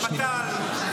בבט"ל?